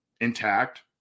intact